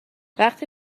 وقتی